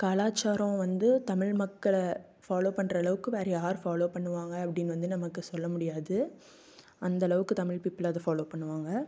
கலாச்சாரம் வந்து தமிழ் மக்கள் ஃபாலோ பண்ணுற அளவுக்கு வேற யார் ஃபாலோ பண்ணுவாங்க அப்படின்னு வந்து நமக்கு சொல்ல முடியாது அந்த அளவுக்கு தமிழ் பீப்பிள் அதை ஃபாலோ பண்ணுவாங்க